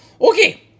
Okay